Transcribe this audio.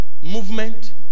movement